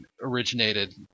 originated